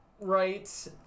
right